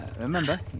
Remember